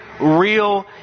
real